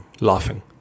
laughing